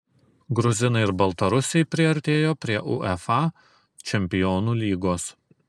gruzinai ir baltarusiai priartėjo prie uefa čempionų lygos